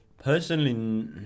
Personally